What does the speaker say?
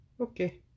Okay